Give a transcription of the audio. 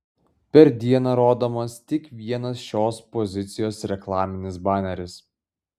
per dieną rodomas tik vienas šios pozicijos reklaminis baneris